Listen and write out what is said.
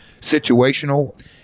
situational